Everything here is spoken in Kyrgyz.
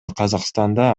казакстанда